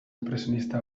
inpresionista